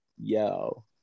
yo